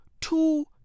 two